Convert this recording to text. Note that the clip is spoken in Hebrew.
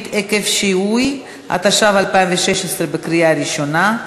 התשע"ו 2016, עברה בקריאה ראשונה,